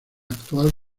actual